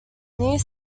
near